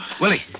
Willie